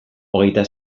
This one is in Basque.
hogeita